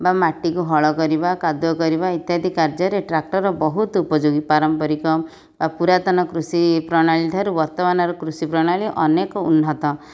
ବା ମାଟିକୁ ହଳ କରିବା କାଦୁଅ କରିବା ଇତ୍ୟାଦି କାର୍ଯ୍ୟରେ ଟ୍ରାକ୍ଟର ବହୁତ ଉପଯୋଗୀ ପାରମ୍ପରିକ ଆଉ ପୁରାତନ କୃଷିପ୍ରଣାଳୀଠାରୁ ବର୍ତ୍ତମାନର କୃଷିପ୍ରଣାଳୀ ଅନେକ ଉନ୍ନତ